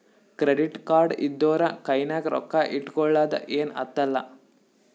credit card ಇದ್ದೂರ ಕೈನಾಗ್ ರೊಕ್ಕಾ ಇಟ್ಗೊಳದ ಏನ್ ಹತ್ತಲಾ